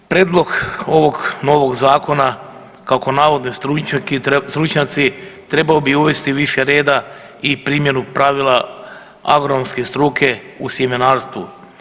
Prijedlog ovog novog zakona kako navode stručnjaci trebao bi uvesti više reda i primjenu pravila agronomske struke u sjemenarstvu.